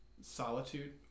solitude